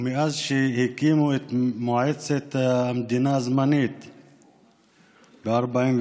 ומאז שהקימו את מועצת המדינה הזמנית ב-48'